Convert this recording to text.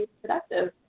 productive